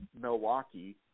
Milwaukee